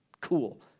cool